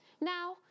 Now